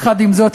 יחד עם זאת,